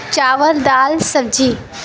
چاول دال سبزی